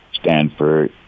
Stanford